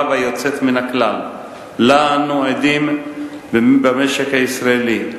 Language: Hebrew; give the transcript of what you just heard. והיוצאת מן הכלל שלה אנו עדים במשק הישראלי.